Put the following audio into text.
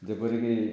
ଯେପରି କି